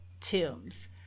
tombs